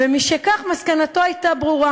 ומשכך, מסקנתו הייתה ברורה: